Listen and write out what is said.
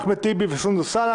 אחמד טיבי וסונדוס סאלח.